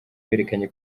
berekanye